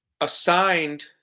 assigned